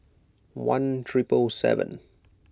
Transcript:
one triple seven